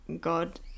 God –